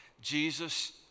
Jesus